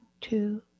two